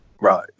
Right